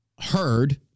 heard